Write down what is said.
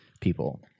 people